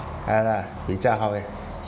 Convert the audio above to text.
!hanna! 比较好